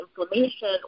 inflammation